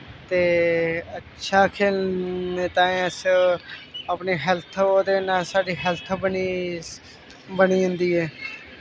ते अच्छा खेलने ताईं अस अपनी हैल्थ उ'दे नै साढ़ी हैल्थ अपनी बनी जन्दी ऐ